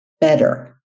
better